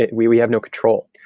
ah we we have no control.